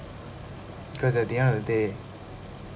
cause at the end of the day